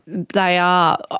they are,